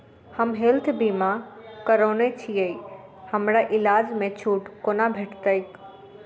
हम हेल्थ बीमा करौने छीयै हमरा इलाज मे छुट कोना भेटतैक?